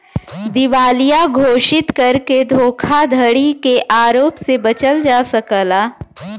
दिवालिया घोषित करके धोखाधड़ी के आरोप से बचल जा सकला